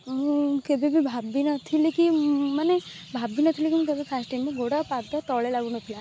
ମୁଁ କେବେ ବି ଭାବିନଥିଲି କି ମାନେ ଭାବିନଥିଲି କି ମୁଁ କେବେ ଫାଷ୍ଟ ହେବି ମୋ ଗୋଡ଼ ଆଉ ପାଦ ତଳେ ଲାଗୁନଥିଲା